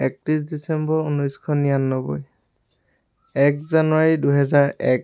একত্ৰিশ ডিচেম্বৰ ঊনৈচশ নিৰানব্বৈ এক জানুৱাৰী দুহেজাৰ এক